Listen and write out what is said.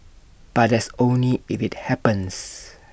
but that's only if IT happens